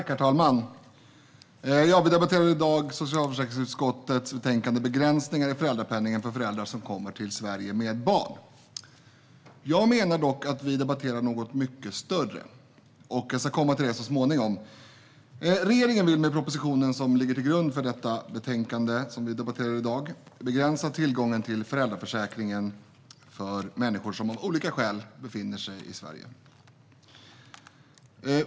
Herr talman! Vi debatterar i dag socialförsäkringsutskottets betänkande Begränsningar i föräldrapenningen för föräldrar som kommer till Sverige med barn . Jag menar dock att vi debatterar något mycket större, och jag ska komma till det så småningom. Regeringen vill med propositionen som ligger till grund för detta betänkande begränsa tillgången till föräldraförsäkringen för människor som av olika skäl befinner sig i Sverige.